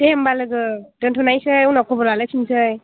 दे होम्बा लोगो दोन्थ'लायसै उनाव खबर लालायफिनसै